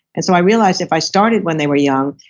and so i realized if i started when they were young,